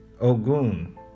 Ogun